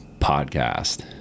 podcast